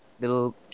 little